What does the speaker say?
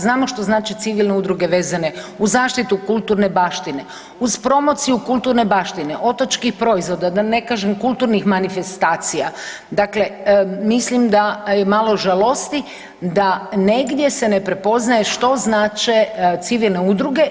Znamo što znači civilne udruge vezane uz zaštitu kulturne baštine, uz promociju kulturne baštine otočkih proizvoda, da ne kažem kulturnih manifestacija dakle mislim da malo žalosti da negdje se ne prepoznaje što znače civilne udruge.